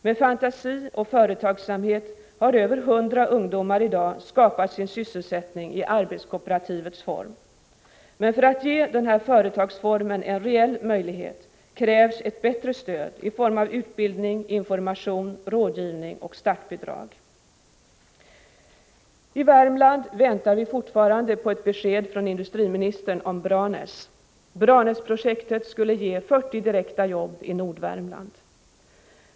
Med fantasi och företagsamhet har över 100 ungdomar i dag skapat sin sysselsättning i arbetskooperativets form. Men för att ge den här företagsformen en reell möjlighet krävs ett bättre stöd i form av utbildning, information, rådgivning och startbidrag. I Värmland väntar vi fortfarande på ett besked från industriministern om Branäs. Branäsprojektet skulle ge 40 direkta jobb i Nordvärmland.